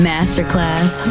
Masterclass